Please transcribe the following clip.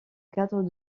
cadre